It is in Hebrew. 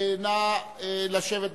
נא לשבת במקומותיכם.